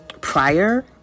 prior